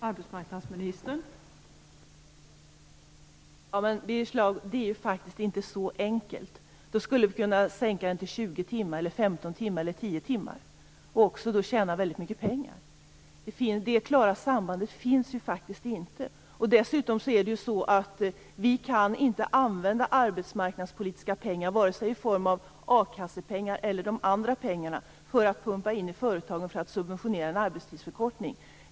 Fru talman! Birger Schlaug, det är faktiskt inte så enkelt. Då skulle vi kunna minska arbetstiden till 20, 15 eller 10 timmar i veckan och tjäna mycket pengar. Men det klara sambandet finns faktiskt inte. Dessutom kan vi inte använda arbetsmarknadspolitiska pengar, vare sig a-kassepengar eller andra pengar, för att pumpa in dem i företagen för att subventionera en arbetstidsförkortning.